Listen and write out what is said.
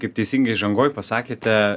kaip teisingai įžangoj pasakėte